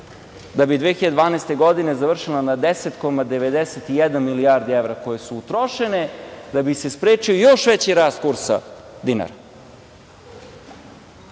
da bi 2012. godine završila na 10,91 milijardu evra koje su utrošene da bi se sprečio još veći rast kursa dinara. Pa,